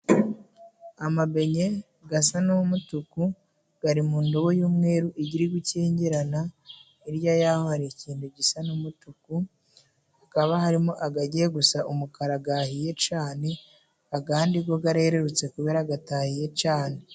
Amabenye gasa n'umutuku gari mu ndobo y'umweru igiri gukengerana, hirya y'aho hari ikintu gisa n'umutuku, hakaba harimo agagiye gusa umukara gahiye cane, agandi go garererutse kubera gatahiye cane.